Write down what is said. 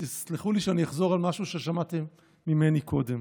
ותסלחו לי שאני אחזור על משהו ששמעתם ממני קודם: